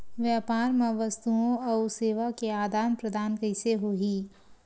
व्यापार मा वस्तुओ अउ सेवा के आदान प्रदान कइसे होही?